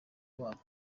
wabo